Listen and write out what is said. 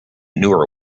newer